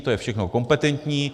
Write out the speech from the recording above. To je všechno kompetentní.